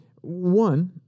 one